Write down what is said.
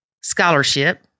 Scholarship